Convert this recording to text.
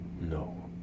No